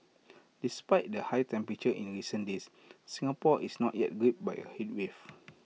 despite the high temperatures in recent days Singapore is not yet gripped by A heatwave